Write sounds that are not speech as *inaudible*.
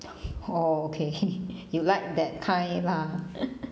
oh okay you like that kind lah *noise*